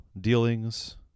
dealings